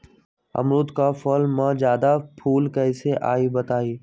अमरुद क फल म जादा फूल कईसे आई बताई?